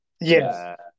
Yes